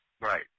Right